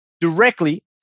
directly